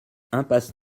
impasse